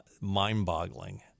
mind-boggling